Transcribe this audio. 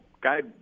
guide